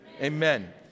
Amen